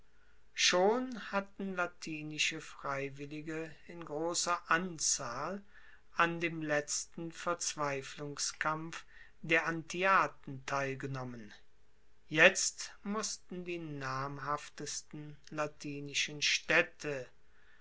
schon hatten latinische freiwillige in grosser anzahl an dem letzten verzweiflungskampf der antiaten teilgenommen jetzt mussten die namhaftesten latinischen staedte